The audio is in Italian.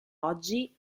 oggi